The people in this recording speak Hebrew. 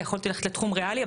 ויכולתי ללכת לתחום ריאלי,